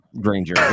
Granger